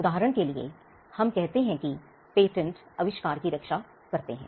उदाहरण के लिए हम कहते हैं कि पेटेंट आविष्कार की रक्षा करते हैं